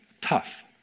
tough